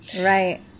Right